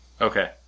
Okay